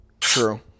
True